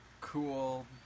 cool